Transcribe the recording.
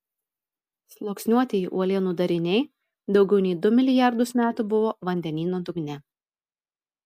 sluoksniuotieji uolienų dariniai daugiau nei du milijardus metų buvo vandenyno dugne